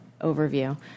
overview